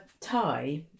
tie